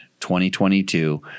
2022